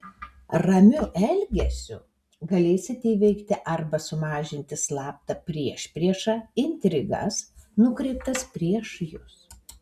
ramiu elgesiu galėsite įveikti arba sumažinti slaptą priešpriešą intrigas nukreiptas prieš jus